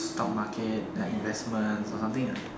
stock market then investments or something like